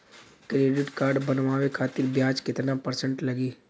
Credit card बनवाने खातिर ब्याज कितना परसेंट लगी?